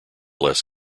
less